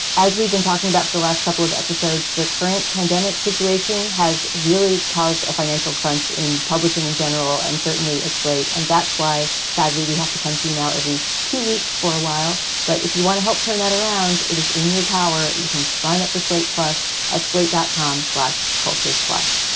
as we've been talking about for the last couple of episodes, the current pandemic situation has really caused a financial crunch in publishing in general, and certainly it's late. and that's why, sadly, we have to come to you now every two weeks for a while. but if you want to help turn that around, it is in your power. you can sign up for slate plus at slate dot com slash culture. plus,